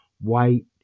white